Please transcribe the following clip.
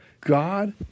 God